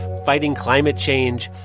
fighting climate change.